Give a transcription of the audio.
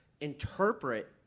interpret